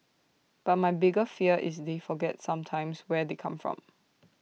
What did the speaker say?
but my bigger fear is they forget sometimes where they come from